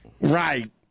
Right